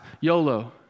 YOLO